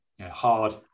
hard